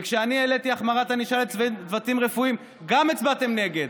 כשאני העליתי החמרת ענישה על תקיפת צוותים רפואיים גם הצבעתם נגד.